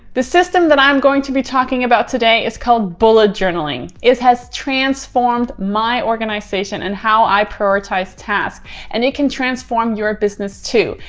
the system that i'm going to be talking about today is called bullet journaling. it has transformed my organization and how i prioritize tasks and it can transform your business too.